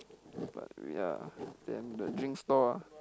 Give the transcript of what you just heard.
but ya then the drink stall ah